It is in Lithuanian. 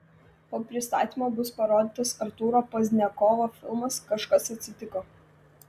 po pristatymo bus parodytas artūro pozdniakovo filmas kažkas atsitiko